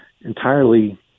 entirely